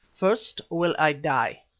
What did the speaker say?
first will i die,